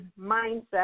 mindset